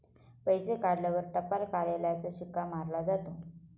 पैसे काढल्यावर टपाल कार्यालयाचा शिक्का मारला जातो